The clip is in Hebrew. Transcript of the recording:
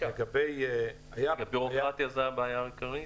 לגבי -- אתה אומר שהבירוקרטיה זו הבעיה העיקרית?